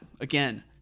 again